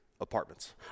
apartments